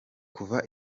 kuva